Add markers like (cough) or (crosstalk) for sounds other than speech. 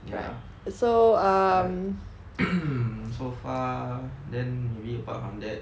ya but (coughs) so far then maybe apart from that